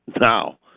now